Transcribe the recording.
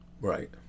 Right